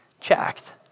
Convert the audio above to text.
checked